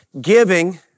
Giving